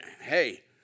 hey